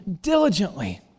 diligently